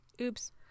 oops